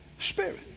spirit